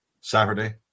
Saturday